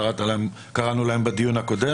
שקראנו להם בדיון הקודם.